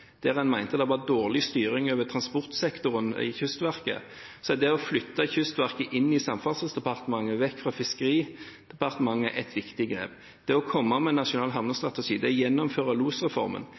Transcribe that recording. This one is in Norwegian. en mente det var dårlig styring over transportsektoren i Kystverket – så er det å flytte Kystverket til Samferdselsdepartementet, vekk fra Fiskeridepartementet, et viktig grep. Det å komme med en nasjonal havnestrategi, det å gjennomføre losreformen,